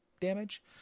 damage